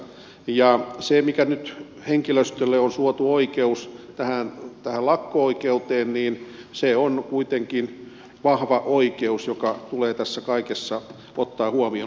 ja kun nyt henkilöstölle on suotu tämä lakko oikeus niin se on kuitenkin vahva oikeus joka tulee tässä kaikessa ottaa huomioon